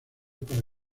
para